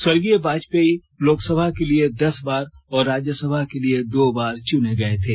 स्वर्गीय वाजपेयी लोकसभा के लिए दस बार और राज्यसभा के लिए दो बार चुने गए थे